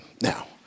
Now